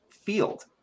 field